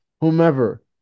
whomever